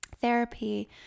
therapy